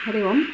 हरिः ओम्